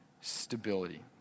stability